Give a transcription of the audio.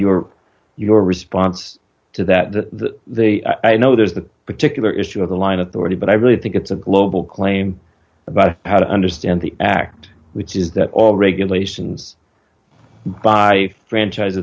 your your response to that to the i know there's a particular issue of the line authority but i really think it's a global claim about how to understand the act which is that all regulations by franchise